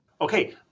Okay